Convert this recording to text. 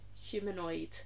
humanoid